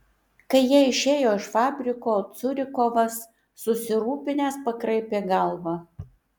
kai jie išėjo iš fabriko curikovas susirūpinęs pakraipė galva